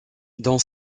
dans